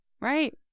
Right